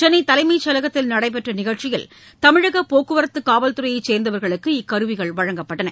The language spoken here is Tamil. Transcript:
சென்னை தலைமைச்செயலகத்தில் நடைபெற்ற நிகழ்ச்சியில் தமிழக போக்குவரத்து காவல்துறையைச் சேர்ந்தவர்களுக்கு இக்கருவிகள் வழங்கப்பட்டன